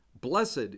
Blessed